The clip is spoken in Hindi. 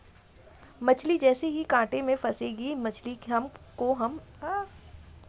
मछली जैसे ही कांटे में फंसेगी मछली को हम छड़ी द्वारा बाहर निकाल लेंगे